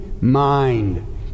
mind